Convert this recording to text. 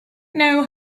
know